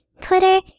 Twitter